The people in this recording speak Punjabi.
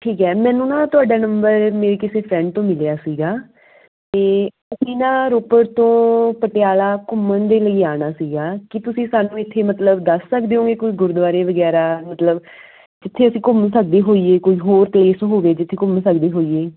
ਠੀਕ ਹੈ ਮੈਨੂੰ ਨਾ ਤੁਹਾਡਾ ਨੰਬਰ ਮੇਰੇ ਕਿਸੇ ਫ੍ਰੇਂਡ ਤੋਂ ਮਿਲਿਆ ਸੀਗਾ ਅਤੇ ਅਸੀਂ ਨਾ ਰੋਪੜ ਤੋਂ ਪਟਿਆਲਾ ਘੁੰਮਣ ਦੇ ਲਈ ਆਉਣਾ ਸੀਗਾ ਕੀ ਤੁਸੀਂ ਸਾਨੂੰ ਇੱਥੇ ਮਤਲਬ ਦੱਸ ਸਕਦੇ ਹੋਗੇ ਕੋਈ ਗੁਰਦੁਆਰੇ ਵਗੈਰਾ ਮਤਲਬ ਜਿੱਥੇ ਅਸੀਂ ਘੁੰਮ ਸਕਦੇ ਹੋਈਏ ਕੋਈ ਹੋਰ ਪਲੇਸ ਹੋਵੇ ਜਿੱਥੇ ਘੁੰਮ ਸਕਦੇ ਹੋਈਏ